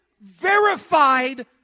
verified